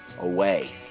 away